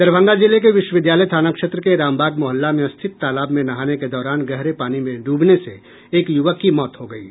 दरभंगा जिले के विश्वविद्यालय थाना क्षेत्र के रामबाग मोहल्ला में स्थित तालाब में नहाने के दौरान गहरे पानी में डूबने से एक युवक की मौत हो गयी